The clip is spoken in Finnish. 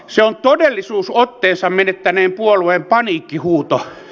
se on todellisuusotteensa menettäneen puolueen paniikkihuuto